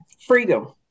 freedom